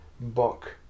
book